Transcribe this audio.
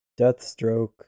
Deathstroke